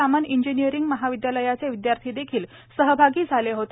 Raman engineering महाविद्यालयाचे विद्यार्थी देखील सहभागी झाले होते